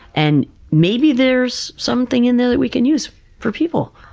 and maybe there's something in there that we can use for people.